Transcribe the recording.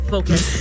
Focus